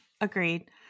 Agreed